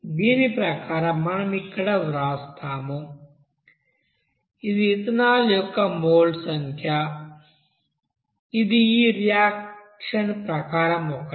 దీని ప్రకారం మనం ఇక్కడ వ్రాస్తాము ఇది ఇథనాల్ యొక్క మోల్స్ సంఖ్య ఇది ఈ రియాక్షన్ ప్రకారం 1